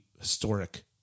historic